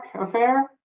affair